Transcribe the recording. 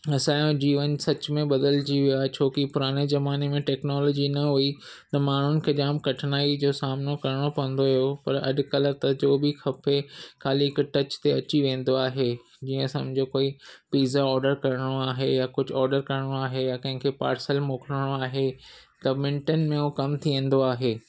असांजो जीवनु सचु में बदिलिजी वियो आहे छो की पुराणे ज़माने में टेक्नोलॉजी न हुई त माण्हुनि खे जामु कठिनाई जो सामनो करिणो पवंदो हुयो पर अॼुकल्ह त जो बि खपे ख़ाली हिकु टच ते अची वेंदो आहे जीअं समुझो कोई पिझा ऑडर करिणो आहे या कुझु ऑडर करिणो आहे या कंहिंखे पार्सल मोकिलिणो आहे त मिन्टनि में उहो कमु थी वेंदो आहे